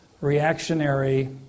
reactionary